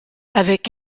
avec